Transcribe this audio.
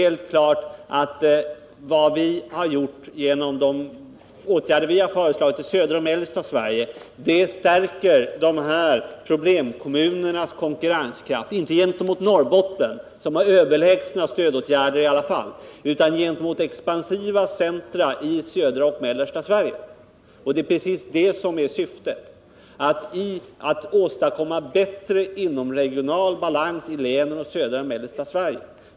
Vad vi gjort genom de åtgärder vi föreslagit i södra och mellersta Sverige stärker problemkommunernas konkurrenskraft, inte gentemot Norrbotten som i alla fall har överlägsna stödåtgärder, utan gentemot expansiva centra i södra och mellersta Sverige. Och det är precis det som är syftet — att åstadkomma bättre inomregional balans i länen i södra och mellersta Sverige.